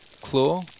claw